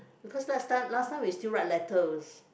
because last time last time we still write letters